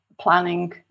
planning